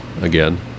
again